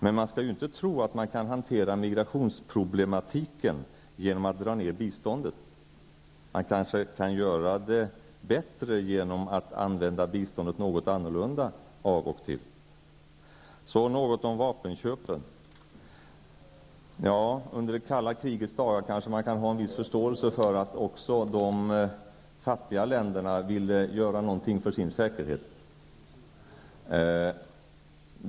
Men man skall inte tro att man kan hantera migrationsproblematiken genom att dra ned biståndet. Man kanske kan göra det bättre genom att använda det något annorlunda av och till. Jag vill sedan säga något om vapenköpen. Man kanske kan ha en viss förståelse för att också de fattiga länderna under det kalla krigets dagar ville göra något för sin säkerhet.